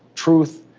truth,